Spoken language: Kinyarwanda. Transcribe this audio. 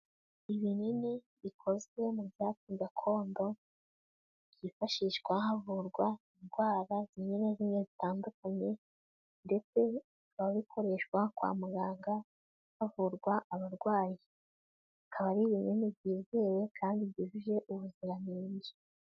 Ibinini bikozwe mu byatsi gakondo, byifashishwa havurwa indwara zimwe na zimwe zitandukanye ndetse bikaba bikoreshwa kwa muganga havurwa abarwayi, bikaba ari ibinini byizewe kandi byujuje ubuziranenge.